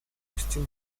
опустил